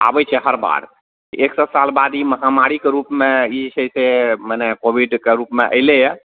आबय छै हर बार एक सओ साल बाद ई महामारीके रूपमे ई जे छै से मने कोविडके रूपमे अइलैया